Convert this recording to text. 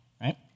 right